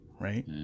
right